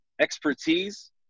Expertise